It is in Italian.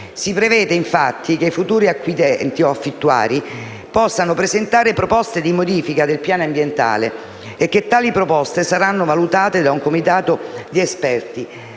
si prevede, infatti, che i futuri acquirenti o affittuari possano presentare proposte di modifica del piano ambientale e che tali proposte saranno valutate da un comitato di esperti.